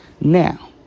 Now